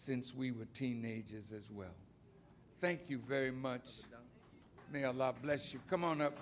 since we were teenagers as well thank you very much they all love bless you come on up